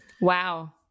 Wow